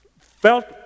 felt